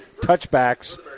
touchbacks